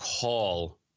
call